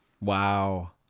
wow